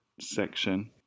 section